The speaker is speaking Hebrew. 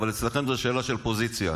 אבל אצלכם זו שאלה של פוזיציה.